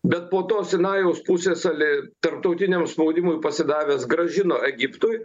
bet po to sinajaus pusiasaly tarptautiniam spaudimui pasidavęs grąžino egiptui